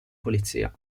polizia